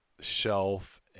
shelf